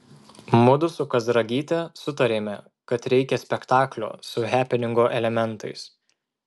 mudu su kazragyte sutarėme kad reikia spektaklio su hepeningo elementais